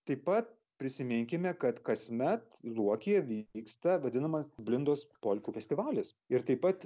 taip pat prisiminkime kad kasmet luokėje vyksta vadinamas blindos polkų festivalis ir taip pat